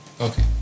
Okay